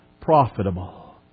profitable